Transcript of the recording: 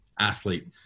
athlete